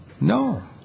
No